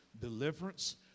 Deliverance